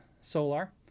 Solar